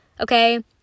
okay